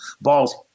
ball's